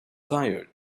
tired